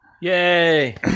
Yay